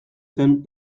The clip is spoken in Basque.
zen